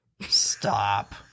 Stop